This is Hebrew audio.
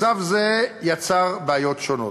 מצב זה יצר בעיות שונות.